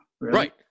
right